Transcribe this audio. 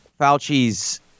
Fauci's